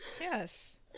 yes